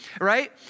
Right